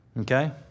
Okay